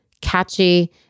catchy